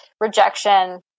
rejection